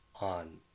on